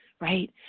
right